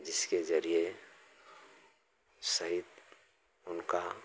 जिसके जरिए सही उनका